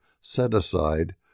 set-aside